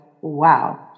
Wow